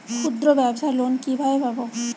ক্ষুদ্রব্যাবসার লোন কিভাবে পাব?